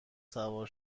سوار